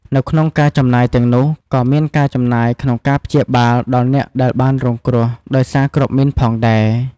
នៅក្នុងការចំណាយទាំងនោះ ក៏មានការចំណាយក្នុងការព្យាបាលដល់អ្នកដែលបានរងគ្រោះដោយសារគ្រាប់មីនផងដែរ។